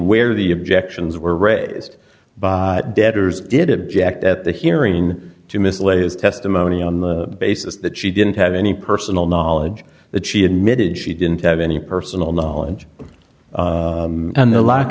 where the objections were raised by debtors did object at the hearing to mislay his testimony on the basis that she didn't have any personal knowledge that she admitted she didn't have any personal knowledge and the lack